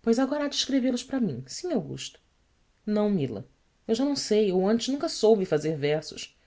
pois agora há de escrevê los para mim sim ugusto ão ila u já não sei ou antes nunca soube fazer versos